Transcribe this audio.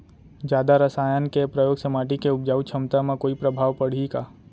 जादा रसायन के प्रयोग से माटी के उपजाऊ क्षमता म कोई प्रभाव पड़ही का?